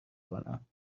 کنم